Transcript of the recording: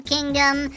Kingdom